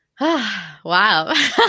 Wow